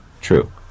true